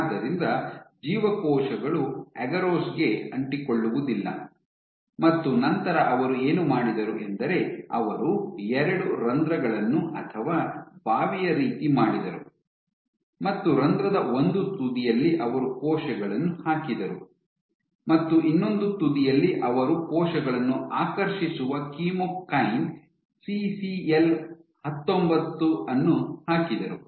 ಆದ್ದರಿಂದ ಜೀವಕೋಶಗಳು ಅಗರೋಸ್ ಗೆ ಅಂಟಿಕೊಳ್ಳುವುದಿಲ್ಲ ಮತ್ತು ನಂತರ ಅವರು ಏನು ಮಾಡಿದರು ಎಂದರೆ ಅವರು ಎರಡು ರಂಧ್ರಗಳನ್ನು ಅಥವಾ ಬಾವಿಯಾ ರೀತಿ ಮಾಡಿದರು ಮತ್ತು ರಂಧ್ರದ ಒಂದು ತುದಿಯಲ್ಲಿ ಅವರು ಕೋಶಗಳನ್ನು ಹಾಕಿದರು ಮತ್ತು ಇನ್ನೊಂದು ತುದಿಯಲ್ಲಿ ಅವರು ಕೋಶಗಳನ್ನು ಆಕರ್ಷಿಸುವ ಕೀಮೋಕೈನ್ ಸಿಸಿಎಲ್ 19 ಅನ್ನು ಹಾಕಿದರು